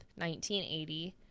1980